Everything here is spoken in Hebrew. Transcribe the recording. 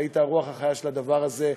שהיית הרוח החיה של הדבר הזה,